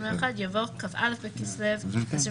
אבל אנחנו רואים עדיין מספר לא קטן של